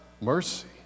mercy